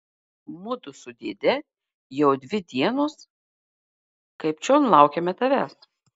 mudu su dėde jau dvi dienos kaip čion laukiame tavęs